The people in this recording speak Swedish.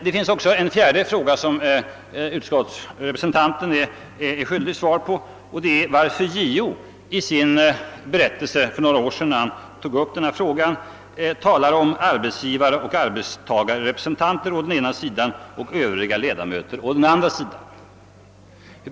Det finns också en fjärde fråga som utskottets talesman är skyldig svar på, nämligen varför JO i sin berättelse för några år sedan, när han tog upp denna fråga, talade om arbetsgivaroch arbetstagarrepresentanter på den ena sidan och övriga ledamöter på den andra sidan.